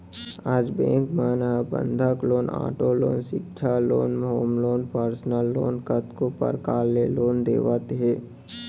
आज बेंक मन ह बंधक लोन, आटो लोन, सिक्छा loan, home loan, personal loan कतको परकार ले लोन देवत हे